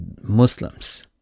Muslims